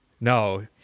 No